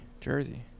jersey